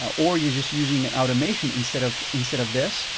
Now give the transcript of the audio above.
ah or you're just using an automation instead of instead of this.